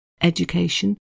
education